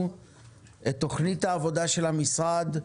משרדו את תוכנית העבודה של המשרד,